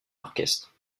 orchestre